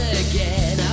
again